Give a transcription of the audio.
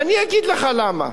אני אגיד לך למה.